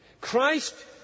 Christ